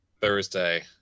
Thursday